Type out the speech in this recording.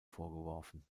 vorgeworfen